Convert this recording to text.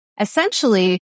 Essentially